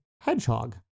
hedgehog